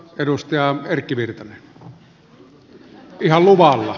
edustaja erkki virtanen ihan luvalla